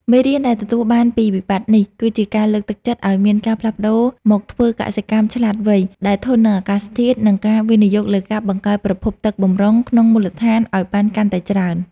មេរៀនដែលទទួលបានពីវិបត្តិនេះ គឺការលើកទឹកចិត្តឱ្យមានការផ្លាស់ប្តូរមកធ្វើកសិកម្មឆ្លាតវៃដែលធន់នឹងអាកាសធាតុ និងការវិនិយោគលើការបង្កើតប្រភពទឹកបម្រុងក្នុងមូលដ្ឋានឱ្យបានកាន់តែច្រើន។